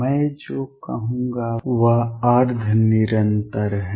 मैं जो कहूंगा वह अर्ध निरंतर है